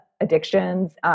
addictions